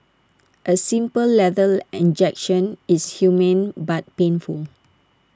A simple lethal injection is humane but painful